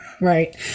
right